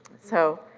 so.